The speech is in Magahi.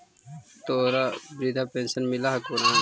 तोहरा वृद्धा पेंशन मिलहको ने?